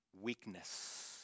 weakness